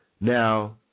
Now